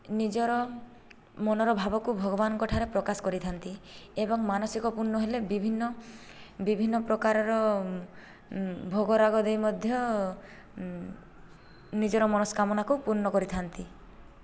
ନିଜର ମନର ଭାବକୁ ଭଗବାନଙ୍କ ଠାରେ ପ୍ରକାଶ କରିଥା'ନ୍ତି ଏବଂ ମାନସିକ ପୂର୍ଣ୍ଣ ହେଲେ ବିଭିନ୍ନ ବିଭିନ୍ନ ପ୍ରକାରର ଭୋଗରାଗ ଦେଇ ମଧ୍ୟ ନିଜର ମନସ୍କାମନାକୁ ପୂର୍ଣ୍ଣ କରିଥା'ନ୍ତି